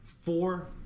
Four